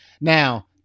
Now